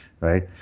right